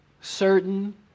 certain